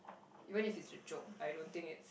even if it's a joke I don't think it